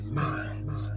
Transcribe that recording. minds